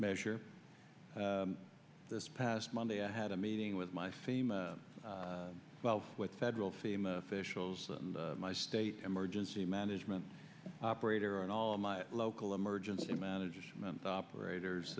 measure this past monday i had a meeting with my fame well with federal fema officials and my state emergency management operator and all of my local emergency management operators